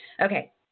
Okay